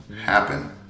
happen